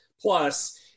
Plus